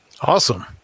awesome